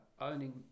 owning